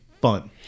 fun